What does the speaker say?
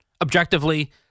Objectively